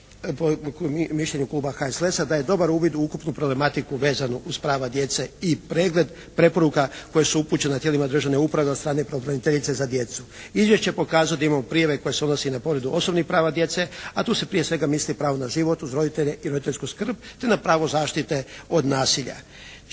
mišljenju kluba HSLS-a daje dobar uvid u ukupnu problematiku vezanu uz prava djece i pregled preporuka koje su upućene tijelima državne uprave od strane pravobraniteljice za djecu. Izvješće pokazuje da imamo … /Ne razumije se./ … koje se odnose i na povredu osobnih prava djece, a tu se prije svega misli pravo na život uz roditelje i roditeljsku skrb te na pravo zaštite od nasilja.